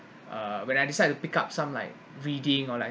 uh when I decide to pick up some like reading or like